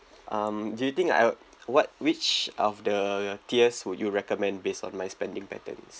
um do you think I what which of the tiers would you recommend based on my spending patterns